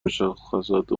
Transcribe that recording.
مشخصات